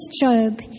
Job